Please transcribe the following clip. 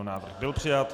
Návrh byl přijat.